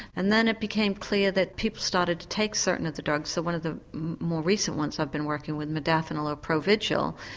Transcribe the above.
and then it became clear that people started to take certain of the drugs, so one of the more recent ones i've been working with, modafinil, or provigil,